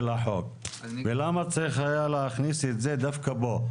החוק ולמה צריך היה להכניס את זה דווקא פה?